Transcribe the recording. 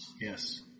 Yes